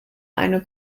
eine